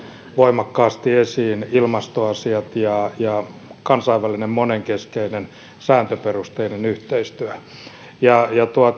voimakkaasti esiin ilmastoasiat ja ja kansainvälinen monenkeskeinen sääntöperusteinen yhteistyö